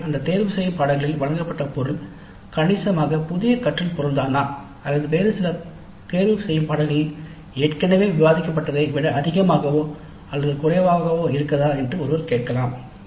எனவே அந்த தேர்ந்தெடுக்கப்பட்ட பாடநெறியில் வழங்கப்பட்ட பொருள் கணிசமாக புதிய கற்றல் பொருள்தானா அல்லது வேறு சில தேர்ந்தெடுக்கப்பட்ட பாடநெறிகளில் ஏற்கனவே விவாதிக்கப்பட்டதை விட அதிகமாகவோ அல்லது குறைவாகவோ இருக்கிறதா என்று ஒருவர் கேட்கலாம்